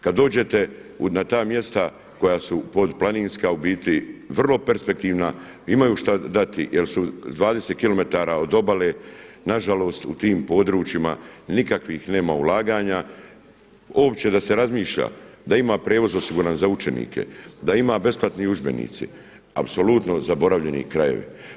Kada dođete na ta mjesta koja su pod planinska u biti vrlo perspektivna imaju šta dati jel su 20km od obale, nažalost u tim područjima nikakvih nema ulaganja, uopće da se razmišlja da ima prijevoz osiguran za učenike, da imaju besplatni udžbenici apsolutno zaboravljeni krajevi.